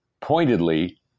pointedly